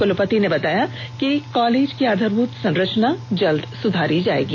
कुलपति ने बताया कि कॉलेज की आधारभूत संरचना जल्द ही सुधारी जाएगी